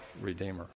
Redeemer